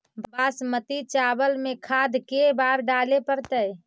बासमती चावल में खाद के बार डाले पड़तै?